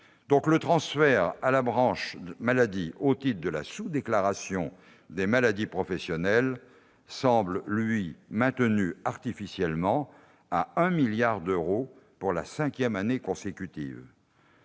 le transfert à la branche maladie, au titre de la sous-déclaration des maladies professionnelles, semble, lui, maintenu artificiellement à 1 milliard d'euros pour la cinquième année consécutive.